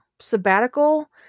sabbatical